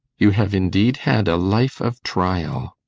you have indeed had a life of trial.